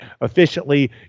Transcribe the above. efficiently